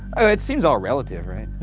well it seems all relative, right?